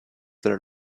there